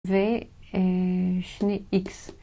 ושני איקס.